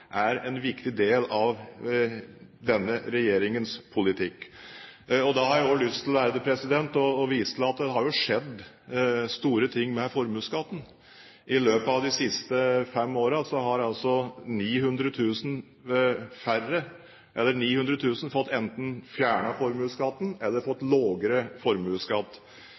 er en viktig del av denne regjeringens politikk. Jeg har også lyst til å vise til at det har jo skjedd store ting med formuesskatten. I løpet av de siste fem årene har altså 900 000 enten fått fjernet formuesskatten eller fått lavere formuesskatt. I 2005 var det 34 pst. av skattyterne som hadde formuesskatt